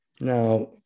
Now